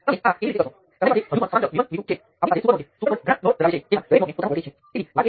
અને આપણી પાસે આ પદ k × Ix પણ છે અને નોડમાંથી વહેતો નોડ કરંટ k × Ix હશે